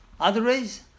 Otherwise